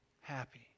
happy